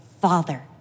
Father